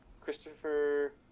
Christopher